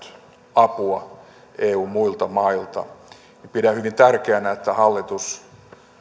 apua eun muilta mailta pidän hyvin tärkeänä että hallitus